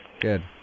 Good